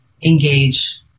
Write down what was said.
engage